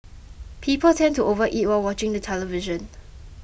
people tend to overeat while watching the television